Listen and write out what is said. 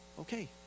Okay